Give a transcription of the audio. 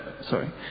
Sorry